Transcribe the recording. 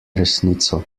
resnico